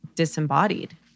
Disembodied